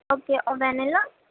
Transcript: okay اور میں نے نا